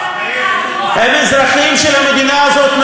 הם אזרחים של המדינה הזאת,